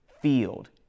field